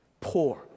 poor